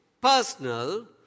personal